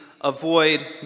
avoid